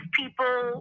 people